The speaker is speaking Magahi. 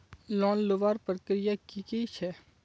लोन लुबार प्रक्रिया की की छे?